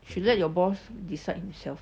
should let your boss decide himself